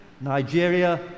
Nigeria